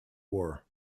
war